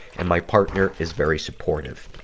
and my partner is very supportive.